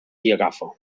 agafa